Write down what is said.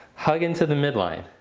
hug into the midline.